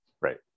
Right